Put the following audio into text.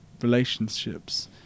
relationships